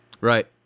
Right